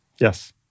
Yes